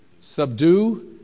Subdue